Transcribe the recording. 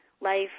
life